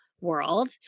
world